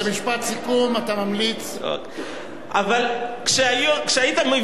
אבל כשהיית מביא לפה את המינוי של חבר כנסת מטעמך,